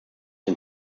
den